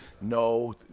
No